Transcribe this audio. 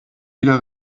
wieder